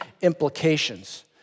implications